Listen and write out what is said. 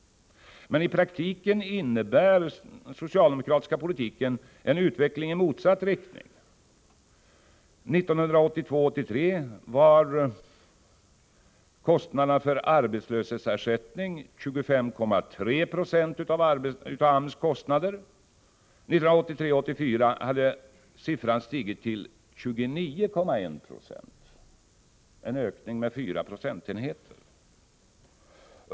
Men i praktiken innebär den socialdemokratiska politiken en utveckling i motsatt riktning. 1982 84 hade siffran stigit till 29,1 96. Det är en ökning med 4 procentenheter.